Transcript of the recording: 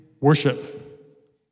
worship